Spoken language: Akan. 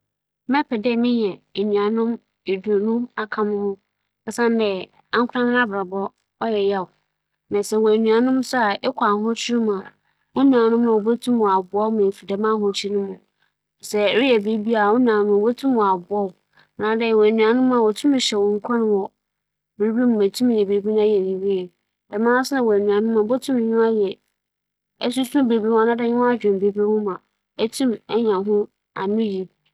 Mebɛpɛ dɛ mebenya enuanom eduonu kyɛn dɛ wͻbͻ wo mo nko siantsir nye dɛ, wͻwo mo nko a, menye m'awofo nkotsee bɛtsena dɛm ntsi munnhu nyimpa ahorow na hͻn suban na mbrɛ wobesi nye hͻn atsena na mbom enuanom eduonu dze, obiara wͻ hͻ a, ͻbͻsor no suban dɛm ntsi mobohu mbrɛ mebesi nyimpa biara esian na mobohu mbrɛ menye nyimpa biara bɛnantsew a ͻnnkɛfa haw biara mmbrɛ me.